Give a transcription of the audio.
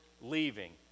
leaving